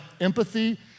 empathy